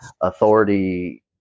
authority